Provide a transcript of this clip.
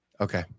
Okay